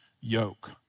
yoke